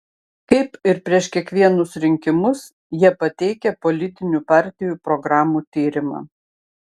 kaip ir prieš kiekvienus rinkimus jie pateikia politinių partijų programų tyrimą